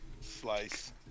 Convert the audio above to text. Slice